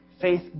Faith